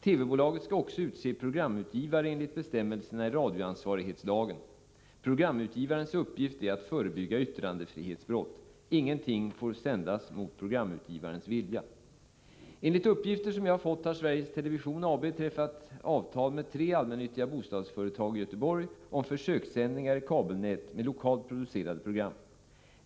TV-bolaget skall också utse programutgivare enligt bestämmelserna i radioansvarighetslagen. Programutgivarens uppgift är att förebygga yttrandefrihetsbrott. Ingenting får sändas mot programutgivarens vilja. Enligt uppgifter som jag har fått har Sveriges Television AB träffat avtal med tre allmännyttiga bostadsföretag i Göteborg om försökssändningar i kabelnät med lokalt producerade program.